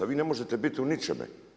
Vi ne možete biti u ničeme.